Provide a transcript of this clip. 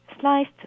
sliced